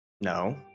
No